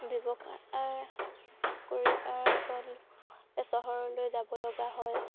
ব্যৱসায় কৰি আগত চহৰলৈ যাব লগা হয়